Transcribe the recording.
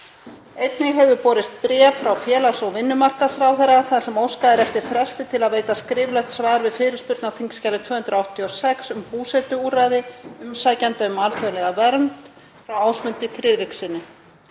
Einnig hefur borist bréf frá félags- og vinnumarkaðsráðherra þar sem óskað er eftir fresti til að veita skriflegt svar við fyrirspurn á þskj. 286, um búsetuúrræði umsækjenda um alþjóðlega vernd, frá Ásmundi Friðrikssyni.